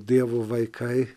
dievo vaikai